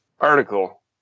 article